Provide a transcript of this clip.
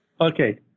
Okay